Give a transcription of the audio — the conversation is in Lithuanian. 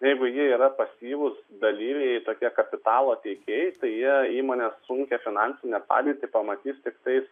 jeigu jie yra pasyvūs dalyviai tokie kapitalo teikėjai tai jie įmonės sunkią finansinę padėtį pamatys tiktais